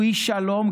הוא איש שלום.